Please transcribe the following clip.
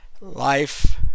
Life